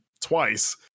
twice